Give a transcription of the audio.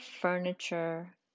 furniture